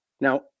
Now